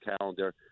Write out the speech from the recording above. calendar